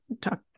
talk